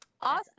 awesome